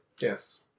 Yes